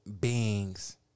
beings